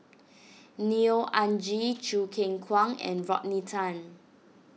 Neo Anngee Choo Keng Kwang and Rodney Tan